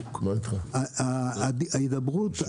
ההידברות,